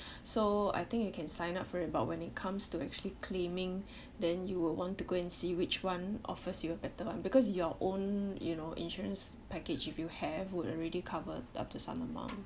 so I think you can sign up for it but when it comes to actually claiming then you will want to go and see which one offers you a better one because your own you know insurance package if you have would already covered up to some amount